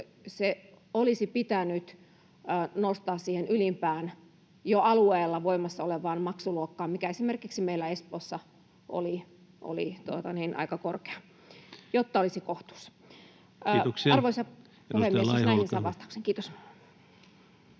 se olisi pitänyt nostaa siihen ylimpään alueella jo voimassa olevaan maksuluokkaan, mikä esimerkiksi meillä Espoossa oli aika korkea, jotta olisi kohtuus. Arvoisa puhemies! Jos näihin saa vastauksen. — Kiitos.